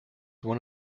one